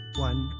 one